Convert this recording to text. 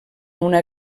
una